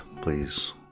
please